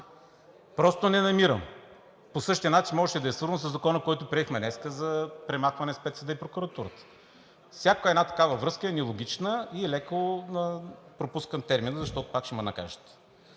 просто не намирам. По същия начин можеше да е свързано със Закона, който приехме днес – за премахване на Спецсъда и прокуратурата. Всяка една такава връзка е нелогична и е леко, пропускам термина, защото пак ще ме накажат.